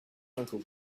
uncle